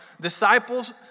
Disciples